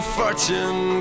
fortune